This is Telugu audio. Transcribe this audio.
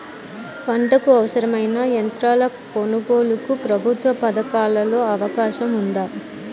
పంటకు అవసరమైన యంత్రాల కొనగోలుకు ప్రభుత్వ పథకాలలో అవకాశం ఉందా?